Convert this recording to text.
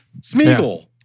Smeagol